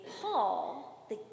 Paul